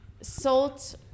salt